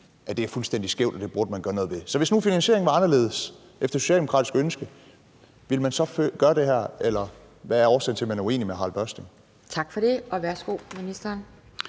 at det er fuldstændig skævt, og at det burde man gøre noget ved. Så hvis nu finansieringen var anderledes efter socialdemokratisk ønske, ville man så gøre det her? Eller hvad er årsagen til, at man er uenig med Harald Børsting? Kl. 12:58 Anden næstformand